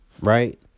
right